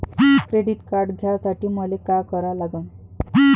Credit card घ्यासाठी मले का करा लागन?